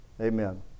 Amen